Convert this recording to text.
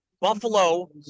Buffalo